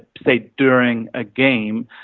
say, during a game,